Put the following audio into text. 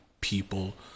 people